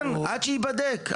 כן, עד שהסיפור ייבדק.